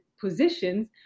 positions